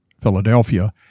Philadelphia